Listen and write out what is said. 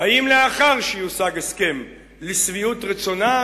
האם לאחר שיושג הסכם לשביעות רצונם,